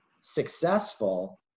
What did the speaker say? successful